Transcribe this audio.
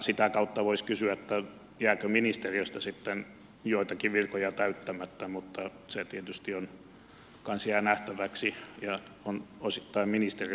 sitä kautta voisi kysyä jääkö ministeriöstä sitten joitakin virkoja täyttämättä mutta se tietysti jää nähtäväksi ja on osittain ministeriön asia sitten